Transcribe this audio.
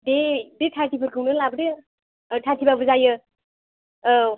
दे बे थाखिफोरखौनो लाबोदो थाखि बाबो जायो औ